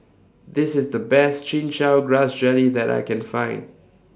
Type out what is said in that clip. This IS The Best Chin Chow Grass Jelly that I Can Find